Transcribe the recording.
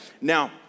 Now